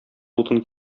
утын